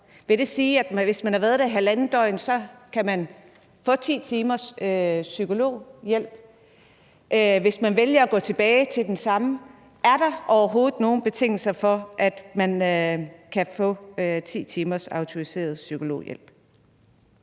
Vil det sige, at hvis man har været der i halvandet døgn, kan man få 10 timers psykologhjælp? Kan man få det, hvis man vælger at gå tilbage til den samme? Er der overhovedet nogen betingelser for, at man kan få 10 timers autoriseret psykologhjælp?